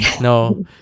No